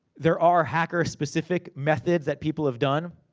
there are hacker-specific methods that people have done.